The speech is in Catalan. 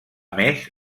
més